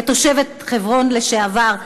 כתושבת חברון לשעבר,